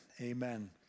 amen